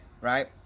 right